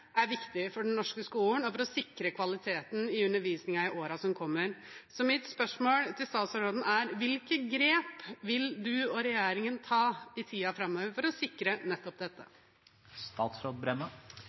er viktig for den norske skolen og for å sikre kvaliteten i undervisningen i årene som kommer. Så mitt spørsmål til statsråden er: Hvilke grep vil hun og regjeringen ta i tiden framover for å sikre nettopp